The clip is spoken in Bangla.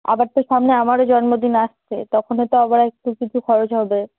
আবার তো সামনে আমারও জন্মদিন আসছে তখনও তো আবার একটু কিছু খরচ হবে